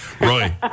roy